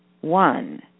one